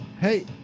Hey